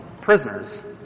prisoners